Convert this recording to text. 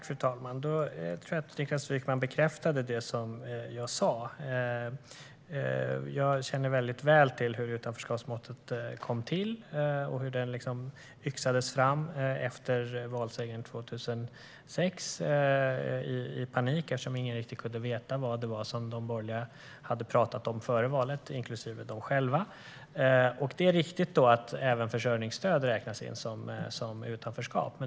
Fru talman! Då tror jag att Niklas Wykman bekräftade det jag sa. Jag känner väldigt väl till hur utanförskapsmåttet kom till och hur det i panik yxades fram efter valsegern 2006 eftersom ingen, inklusive de borgerliga själva, riktigt kunde veta vad det var som de borgerliga hade talat om före valet. Det är riktigt att även försörjningsstöd räknas som utanförskap.